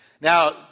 Now